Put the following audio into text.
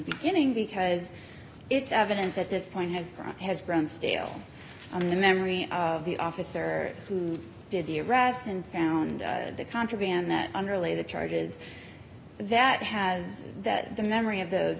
beginning because its evidence at this point has grown has grown stale on the memory of the officer who did the arrest and found the contraband that underlay the charges that has that the memory of those